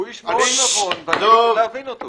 הוא איש מאוד נבון ואני מנסה להבין אותו.